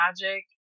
magic